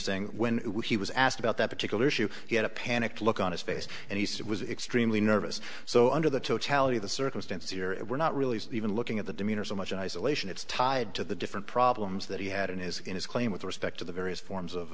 saying when he was asked about that particular issue he had a panicked look on his face and he said was extremely nervous so under the totality of the circumstances here and we're not really even looking at the demeanor so much in isolation it's tied to the different problems that he had in his in his claim with respect to the various forms of